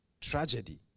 tragedy